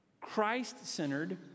Christ-centered